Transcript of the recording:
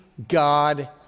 God